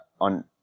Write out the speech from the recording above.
on